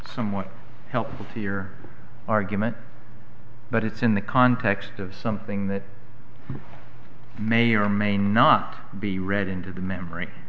somewhat helpful to your argument but it's in the context of something that may or may not be read into the memory